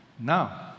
Now